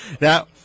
Now